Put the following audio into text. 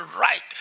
right